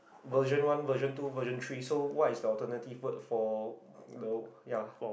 version one version two version three so what is the alternative food for the ya